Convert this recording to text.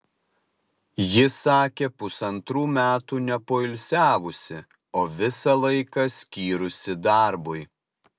ji sakė pusantrų metų nepoilsiavusi o visą laiką skyrusi darbui